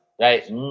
right